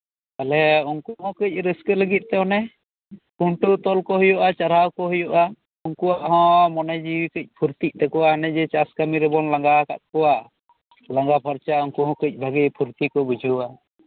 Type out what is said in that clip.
ᱛᱟᱦᱞᱮ ᱩᱱᱠᱩ ᱠᱚᱦᱚᱸ ᱠᱟᱹᱪ ᱨᱟᱹᱥᱴᱟᱹ ᱞᱟᱹᱜᱤᱫ ᱛᱮ ᱚᱱᱮ ᱠᱷᱩᱱᱴᱟᱹᱣ ᱛᱚᱞ ᱠᱚ ᱦᱩᱭᱩᱜᱼᱟ ᱪᱟᱨᱦᱟᱣ ᱠᱚ ᱦᱩᱭᱩᱜᱼᱟ ᱩᱱᱠᱩᱣᱟᱜ ᱦᱚᱸ ᱢᱚᱱᱮ ᱡᱤᱣᱤ ᱠᱟᱹᱪ ᱯᱷᱚᱨᱛᱤᱜ ᱛᱟᱠᱚᱣᱟ ᱚᱱᱮ ᱡᱮ ᱪᱟᱥ ᱠᱟᱹᱢᱤ ᱨᱮᱵᱚᱱ ᱞᱟᱜᱟᱣ ᱟᱠᱟᱫ ᱠᱚᱣᱟ ᱞᱟᱸᱜᱟ ᱯᱷᱟᱨᱪᱟ ᱩᱱᱠᱩ ᱦᱚᱸ ᱠᱟᱹᱪ ᱵᱷᱟᱹᱜᱤ ᱯᱷᱩᱨᱛᱤ ᱠᱚ ᱵᱩᱡᱷᱟᱹᱣᱟ